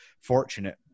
fortunate